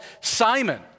Simon